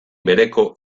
bereko